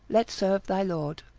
let serve thy lord.